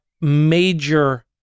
major